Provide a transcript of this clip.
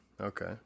Okay